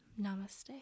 Namaste